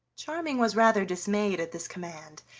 charming was rather dismayed at this command,